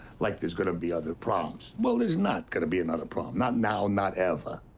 like there's gonna be other proms. well, there's not gonna be another prom. not now, not ever.